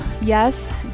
Yes